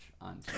on